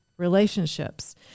relationships